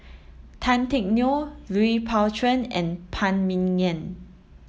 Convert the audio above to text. Tan Teck Neo Lui Pao Chuen and Phan Ming Yen